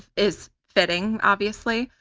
is fitting, obviously,